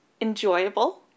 enjoyable